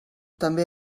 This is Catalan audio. també